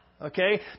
okay